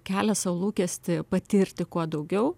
kelia sau lūkestį patirti kuo daugiau